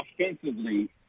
offensively